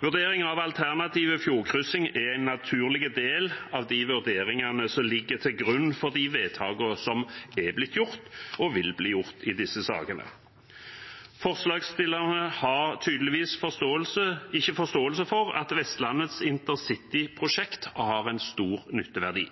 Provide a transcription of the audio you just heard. Vurdering av alternativ fjordkryssing er en naturlig del av de vurderingene som ligger til grunn for de vedtakene som er blitt og vil bli fattet i disse sakene. Forslagsstillerne har tydeligvis ikke forståelse for at Vestlandets intercityprosjekt har en stor nytteverdi.